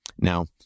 Now